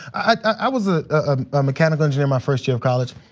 i was a ah ah mechanical engineer my first year of college.